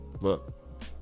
Look